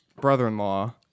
brother-in-law